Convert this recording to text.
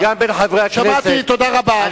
תודה רבה.